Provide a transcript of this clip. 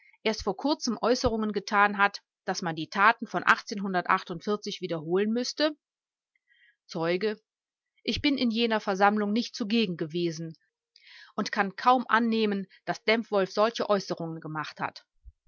erst vor kurzem äußerungen getan hat daß man die taten von wiederholen müßte zeuge ich bin in jener versammlung nicht zugegen gewesen und kann kaum annehmen daß dempwolff solche äußerungen gemacht hat